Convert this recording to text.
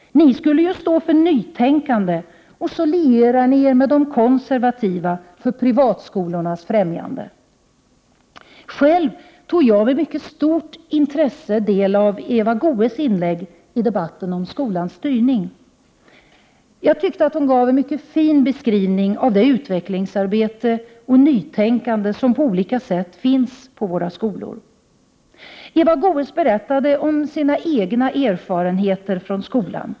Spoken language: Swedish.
Ni skulle ju stå för nytänkande, och så lierar ni er med de konservativa för privatskolornas främjande. Själv tog jag med stort intresse del av Eva Goés inlägg i debatten om skolans styrning. Jag tyckte att hon gav en mycket fin beskrivning av det utvecklingsarbete och nytänkande som finns på våra skolor. Eva Goéös berättade om sina egna erfarenheter från skolan.